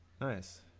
Nice